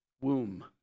womb